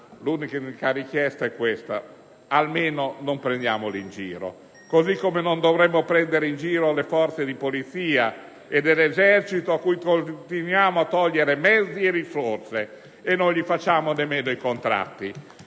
l'unica richiesta è questa: almeno non prendiamoli in giro. Così come non dovremmo prendere in giro il personale delle forze di polizia e delle Forze armate, cui continuiamo a togliere mezzi e risorse e non gli facciamo nemmeno i contratti!